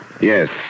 Yes